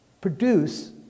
produce